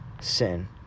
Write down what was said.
sin